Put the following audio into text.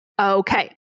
Okay